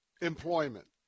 employment